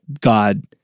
God